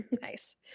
Nice